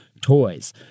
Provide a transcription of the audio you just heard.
toys